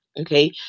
Okay